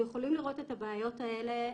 אנחנו יכולים לראות את הבעיות האלה.